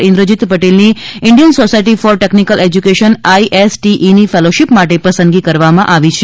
ઇન્દ્રજીત ટેલની Indian society for technical education આઇએસટીઇની ફેલોશી માટે સંદગી કરવામાં આવી છે